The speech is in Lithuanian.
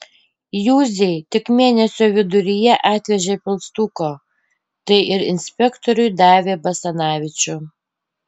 juzei tik mėnesio viduryje atvežė pilstuko tai ir inspektoriui davė basanavičių